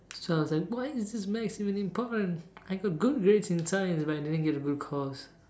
so I was like why is maths is even important I got good grades in science but I didn't get a good course